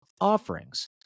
offerings